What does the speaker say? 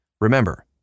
Remember